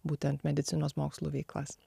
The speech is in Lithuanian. būtent medicinos mokslų veiklas